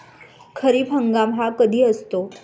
खरीप हंगाम हा कधी असतो?